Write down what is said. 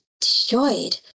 destroyed